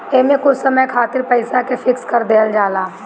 एमे कुछ समय खातिर पईसा के फिक्स कर देहल जाला